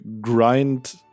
grind